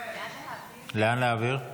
לאן להעביר?